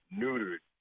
neutered